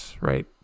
right